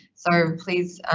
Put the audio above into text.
so please,